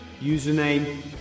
Username